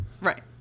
Right